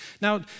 Now